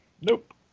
Nope